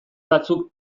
batzuk